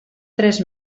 tres